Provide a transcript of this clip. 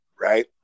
Right